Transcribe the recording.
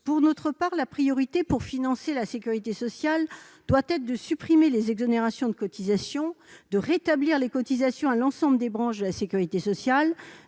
écologiste, la priorité pour financer la sécurité sociale doit être de supprimer les exonérations de cotisations, de rétablir les cotisations à l'ensemble des branches de la sécurité sociale,